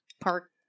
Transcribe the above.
park